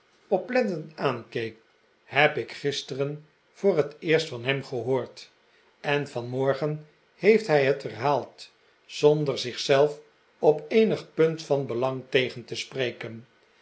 oplettend aankeek heb ik gisteren voor het eerst van hem gehoord en vanmorgen heeft hij het herhaald zonder zich zelf op eenig punt van belang tegen te spreken